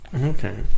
Okay